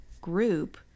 group